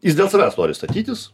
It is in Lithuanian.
jis dėl savęs nori statytis